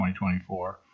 2024